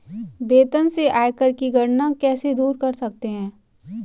वेतन से आयकर की गणना कैसे दूर कर सकते है?